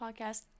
podcast